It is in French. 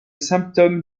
symptôme